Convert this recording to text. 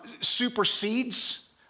supersedes